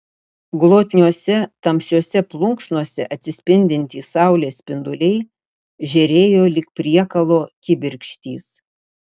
glotniose tamsiose plunksnose atsispindintys saulės spinduliai žėrėjo lyg priekalo kibirkštys